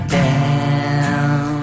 down